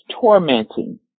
tormenting